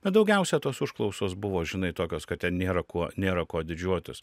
bet daugiausia tos užklausos buvo žinai tokios kad ten nėra kuo nėra kuo didžiuotis